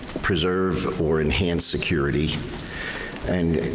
preserve or enhance security and,